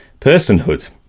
personhood